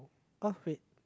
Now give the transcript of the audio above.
oh wait